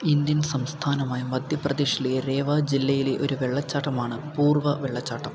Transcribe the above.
Indian സംസ്ഥാനമായ മധ്യപ്രദേശിലെ രേവ ജില്ലയിലെ ഒരു വെള്ളച്ചാട്ടമാണ് പൂർവ വെള്ളച്ചാട്ടം